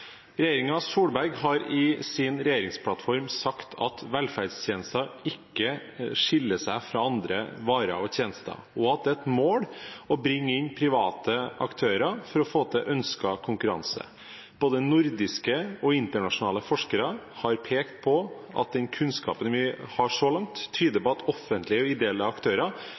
Solberg har i sin regjeringsplattform sagt at «velferdstjenester ikke skiller seg fra andre varer og tjenester», og at det er et mål å bringe inn private aktører for å få til ønsket konkurranse. Både nordiske og internasjonale forskere har pekt på at den kunnskapen vi har så langt, tyder på at offentlige og ideelle aktører